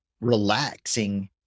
relaxing